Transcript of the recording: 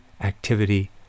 activity